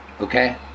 Okay